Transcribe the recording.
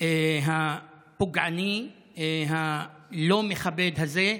הפוגעני והלא-מכבד הזה.